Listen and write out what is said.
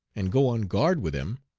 and go on guard with him,